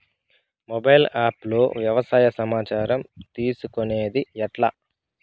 Mobile app లో వ్యవసాయ సమాచారం తీసుకొనేది ఎట్లా?